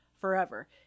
forever